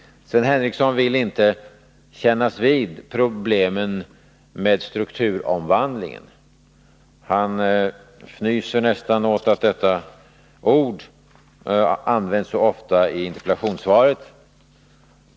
Sven Henricsson vill inte kännas vid problemen med strukturomvandlingen. Han fnyser nästan åt att detta ord används så ofta i interpellationssvaret.